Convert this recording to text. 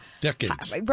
Decades